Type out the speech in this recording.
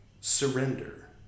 surrender